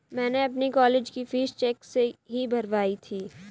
मैंने अपनी कॉलेज की फीस चेक से ही भरवाई थी